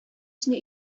сине